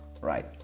Right